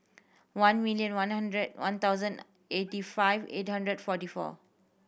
one million one hundred one thousand eighty five eight hundred forty four